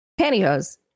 pantyhose